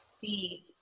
see